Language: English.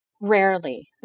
Rarely